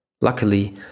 Luckily